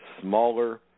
smaller